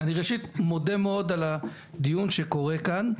אני ראשית מודה מאוד על הדיון שקורה כאן,